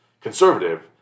conservative